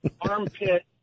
Armpit